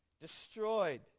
destroyed